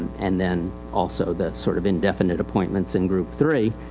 and then also the sort of indefinite appointments in group three.